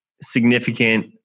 significant